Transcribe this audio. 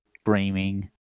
screaming